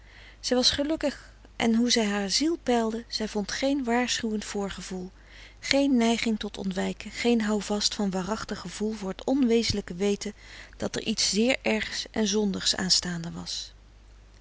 zij was gelukkig en hoe zij haar ziel peilde zij vond geen waarschuwend voorgevoel geen neiging tot ontwijken geen houvast van waarachtig gevoel voor het onwezenlijke weten dat er iets zeer ergs en zondigs aanstaande was